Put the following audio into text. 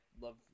love